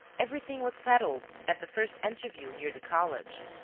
everything was settled at the first interview near the college.